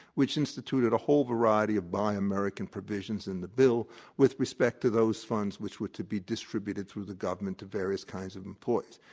which instituted a whole variety of buy american provisions in the bill with respect to those funds which were to be distributed through the government to various kinds of employees.